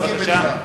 בבקשה.